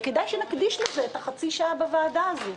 וכדאי שנקדיש לזה את החצי השעה בוועדה הזאת.